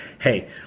hey